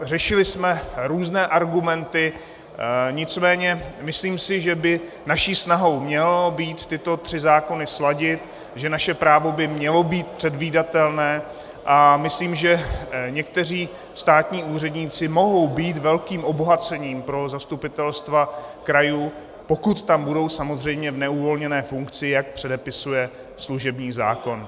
Řešili jsme různé argumenty, nicméně si myslím, že naší snahou by mělo být tyto tři zákony sladit, že naše právo by mělo být předvídatelné, a myslím, že někteří státní úředníci mohou být velkým obohacením pro zastupitelstva krajů, pokud tam budou samozřejmě v neuvolněné funkci, jak předepisuje služební zákon.